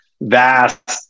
vast